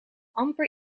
amper